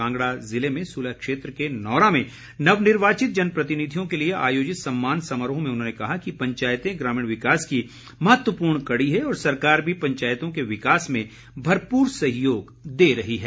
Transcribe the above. कांगड़ा ज़िले में सुलह क्षेत्र के नोरा में नवनिर्वाचित जनप्रतिनिधियों के लिए आयोजित सम्मान समारोह में उन्होंने कहा कि पंचायते ग्रामीण विकास की महत्वपूर्ण कड़ी हैं और सरकार भी पंचायतों के विकास में भरपूर सहयोग दे रही है